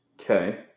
Okay